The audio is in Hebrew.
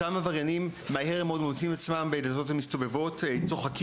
אז אותם עבריינים מוצאים עצמם מהר מאוד בדלתות המסתובבות,